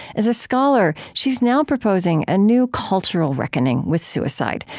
as a scholar, she's now proposing a new cultural reckoning with suicide,